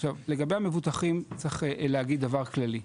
עכשיו, לגבי המבוטחים, צריך להגיד דבר כללי.